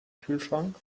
kühlschrank